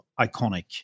iconic